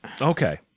Okay